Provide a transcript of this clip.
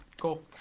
Cool